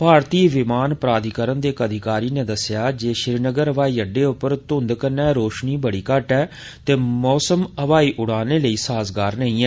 भारतीय विमान प्राधिकरण दे इक अधिकारी नै दस्सेआ ऐ जे श्रीनगर हवाई अड्डे पर घुंध करी रोशनी बड़ी घट्ट ऐ ते मौसम हवाई उड़ानें लेई साजगार नेईं ऐ